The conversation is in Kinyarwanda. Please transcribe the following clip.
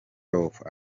off